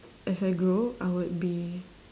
as I grow I would be